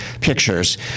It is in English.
pictures